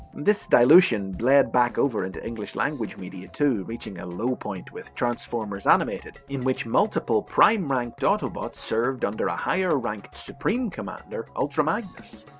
this dilution bled back over into english-language media, too, reaching a low point with transformers animated, in which multiple prime-ranked autobots served together a higher-ranked supreme commander, ultra magnus.